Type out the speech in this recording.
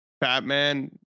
Batman